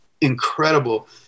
Incredible